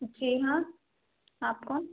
जी हाँ आप कौन